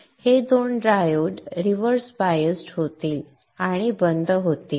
हे 2 diode reverse biased होतील आणि बंद होतील